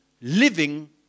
living